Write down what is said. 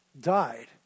died